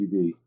TV